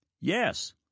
Yes